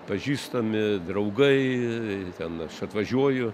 pažįstami draugai ten aš atvažiuoju